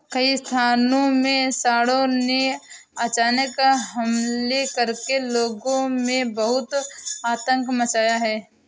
कई स्थानों में सांडों ने अचानक हमले करके लोगों में बहुत आतंक मचाया है